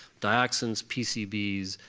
dioxins, pcbs,